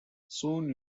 soon